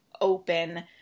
open